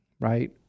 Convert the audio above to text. right